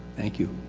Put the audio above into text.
thank you.